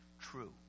true